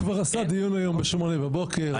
הוא כבר עשה דיון בשמונה בבוקר, הכול בסדר.